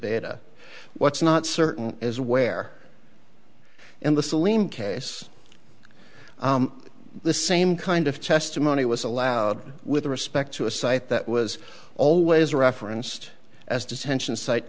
beda what's not certain is where in the saline case the same kind of testimony was allowed with respect to a site that was always referenced as detention site